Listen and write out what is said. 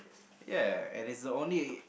ya and it's the only